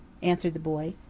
answered the boy.